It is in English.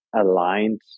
aligned